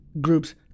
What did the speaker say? groups